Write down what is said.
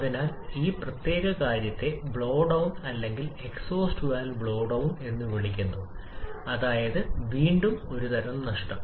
അതിനാൽ ഈ പ്രത്യേക കാര്യത്തെ ബ്ലോ ഡൌൺ അല്ലെങ്കിൽ എക്സോസ്റ്റ് വാൽവ് ബ്ലോ ഡൌൺ എന്ന് വിളിക്കുന്നു അതായത് വീണ്ടും ഒരുതരം നഷ്ടം